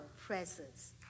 presence